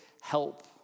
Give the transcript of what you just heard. help